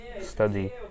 study